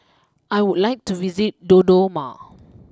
I would like to visit Dodoma